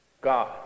God